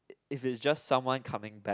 if you just someone coming back